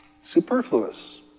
Superfluous